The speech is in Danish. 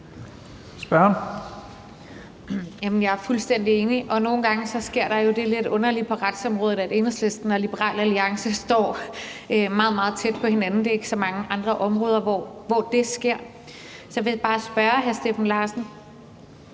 Jeg er fuldstændig enig, og nogle gange sker der jo det lidt underlige på retsområdet, at Enhedslisten og Liberal Alliance står meget, meget tæt på hinanden. Det er ikke på så mange andre områder, hvor det sker. Så jeg vil bare spørge hr. Steffen Larsen,